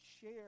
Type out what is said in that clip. share